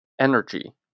Energy